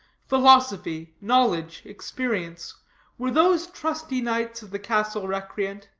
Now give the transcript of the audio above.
philosophy, knowledge, experience were those trusty knights of the castle recreant?